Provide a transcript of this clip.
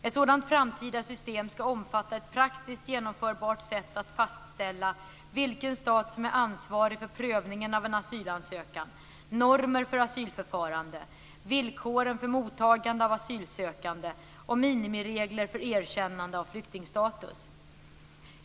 Ett sådant framtida system ska omfatta ett praktiskt genomförbart sätt att fastställa vilken stat som är ansvarig för prövningen av en asylansökan, normer för asylförfarande, villkoren för mottagande av asylsökande och minimiregler för erkännande av flyktingstatus.